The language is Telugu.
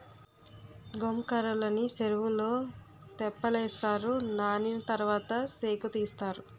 గొంకర్రలని సెరువులో తెప్పలేస్తారు నానిన తరవాత సేకుతీస్తారు